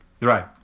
Right